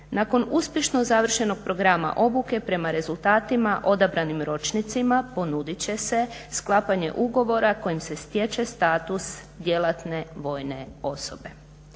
Nakon uspješno završenog programa obuke prema rezultatima odabranim ročnicima ponuditi će se sklapanje ugovora kojim se stječe status djelatne vojne osobe.